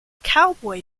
cowboy